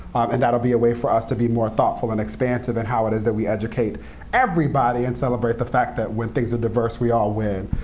and that will be a way for us to be more thoughtful and expansive in and how it is that we educate everybody and celebrate the fact that, when things are diverse, we all win.